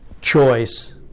choice